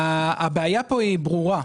הבעיה פה ברורה: